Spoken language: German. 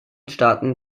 staaten